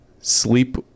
sleep